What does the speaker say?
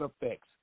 effects